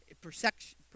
perception